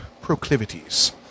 proclivities